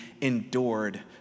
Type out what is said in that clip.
endured